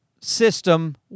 system